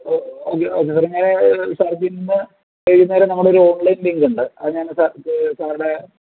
okay okay sir ഞാൻ സർക്കിന്നു വൈകുന്നേരം നമ്മുടെ ഒരു ഓൺലൈൻ ലിങ്കുണ്ട് അത് ഞാൻ സാർക്ക് സാറുടെ